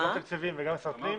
אגף תקציבים וגם משרד הפנים,